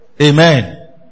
Amen